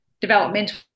developmental